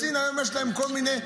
בסין יש להם כל מיני,